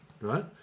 right